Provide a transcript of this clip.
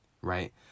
right